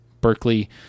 Berkeley